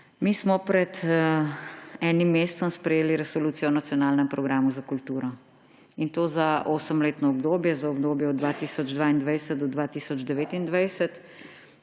Mi smo pred enim mesecem sprejeli Resolucijo o nacionalnem programu za kulturo, in to za osemletno obdobje, za obdobje od 2022 do 2029.